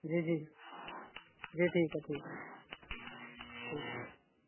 جی جی جی ٹھیک ہے ٹھیک ہے ٹھیک